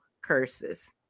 curses